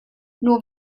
nur